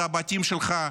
הוא הבתים שלך,